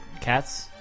cats